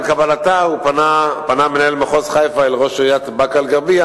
קבלתה פנה מנהל מחוז חיפה אל ראש עיריית באקה-אל-ע'רביה